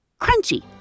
crunchy